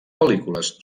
pel·lícules